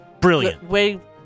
Brilliant